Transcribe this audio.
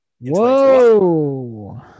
Whoa